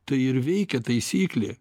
tai ir veikia taisyklė